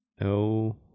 no